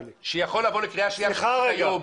--- שזה יכול לבוא לקריאה שנייה ושלישית היום.